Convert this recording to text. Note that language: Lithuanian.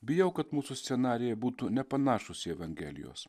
bijau kad mūsų scenarijai būtų nepanašūs į evangelijos